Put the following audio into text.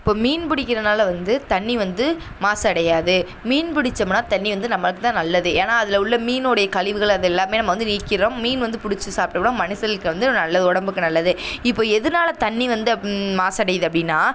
இப்போ மீன் பிடிக்கறதினால வந்து தண்ணி வந்து மாசடையாது மீன் பிடிச்சம்னா தண்ணி வந்து நமக்கு தான் நல்லது ஏன்னால் அதில் உள்ள மீனோடைய கழிவுகள் அது எல்லாமே நம்ம வந்து நீக்கிவிடுறோம் மீன் வந்து பிடிச்சி சாப்பிட்டம்னா மனுஷனுக்கு வந்து நல்லது உடம்புக்கு நல்லது இப்போ எதனால தண்ணி வந்து மாசடையுது அப்படின்னா